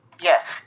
Yes